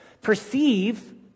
Perceive